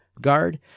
guard